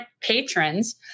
patrons